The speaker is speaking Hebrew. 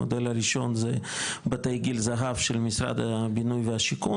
המודל הראשון זה בתי גיל זהב של משרד הבינוי והשיכון